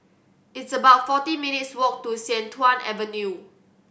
it's about forty minutes' walk to Sian Tuan Avenue